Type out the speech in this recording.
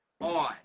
on